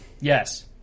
yes